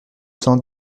cent